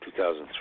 2003